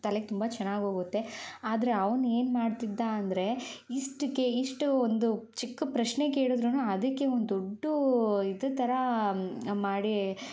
ತಲೆಗೆ ತುಂಬ ಚೆನ್ನಾಗಿ ಹೋಗುತ್ತೆ ಆದರೆ ಅವ್ನು ಏನು ಮಾಡ್ತಿದ್ದ ಅಂದರೆ ಇಷ್ಟಕ್ಕೆ ಇಷ್ಟು ಒಂದು ಚಿಕ್ಕ ಪ್ರಶ್ನೆ ಕೇಳದ್ರೂ ಅದಕ್ಕೆ ಒಂದು ದೊಡ್ಡ ಇದರ ಥರ ಮಾಡಿ